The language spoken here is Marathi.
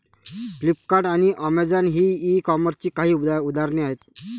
फ्लिपकार्ट आणि अमेझॉन ही ई कॉमर्सची काही उदाहरणे आहे